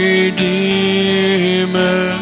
Redeemer